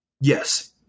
yes